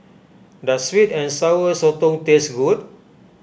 does Sweet and Sour Sotong taste good